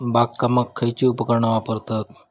बागकामाक खयची उपकरणा वापरतत?